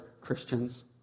Christians